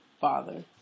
father